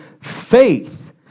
faith